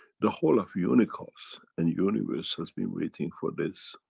the whole of unicos and universe has been waiting for this.